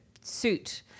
suit